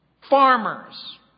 farmers